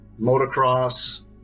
motocross